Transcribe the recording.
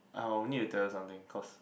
I'll need to tell you something cause